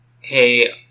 hey